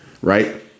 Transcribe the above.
right